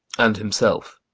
and himself.